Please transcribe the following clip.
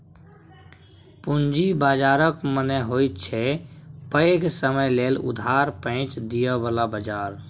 पूंजी बाजारक मने होइत छै पैघ समय लेल उधार पैंच दिअ बला बजार